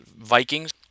Vikings